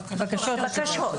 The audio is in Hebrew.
בקשות.